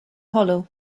hollow